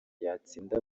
yatsinda